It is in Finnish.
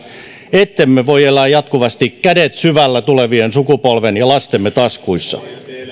ettemme voi elää jatkuvasti kädet syvällä tulevien sukupolvien ja lastemme taskuissa